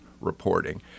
reporting